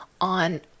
on